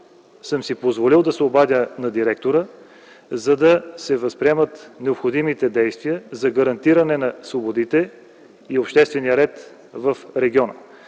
съм си позволил да се обадя на директора, за да се предприемат необходимите действия за гарантиране на свободите и обществения ред в региона.